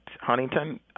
Huntington